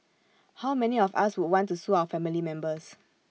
how many of us would want to sue our family members